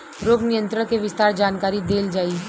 रोग नियंत्रण के विस्तार जानकरी देल जाई?